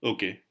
Okay